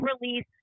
release